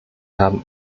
haben